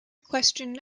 question